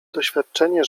doświadczenie